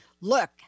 Look